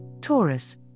Taurus